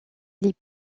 les